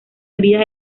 heridas